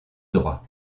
droit